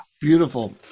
Beautiful